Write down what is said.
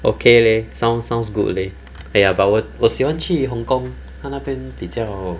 okay leh sound sounds good leh eh but 我喜欢去 hong-kong 他那边比较